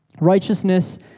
Righteousness